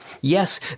Yes